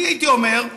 אני הייתי אומר: